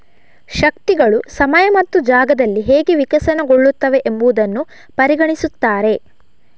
ಶಕ್ತಿಗಳು ಸಮಯ ಮತ್ತು ಜಾಗದಲ್ಲಿ ಹೇಗೆ ವಿಕಸನಗೊಳ್ಳುತ್ತವೆ ಎಂಬುದನ್ನು ಪರಿಗಣಿಸುತ್ತಾರೆ